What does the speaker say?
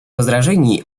возражений